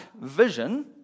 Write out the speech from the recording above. vision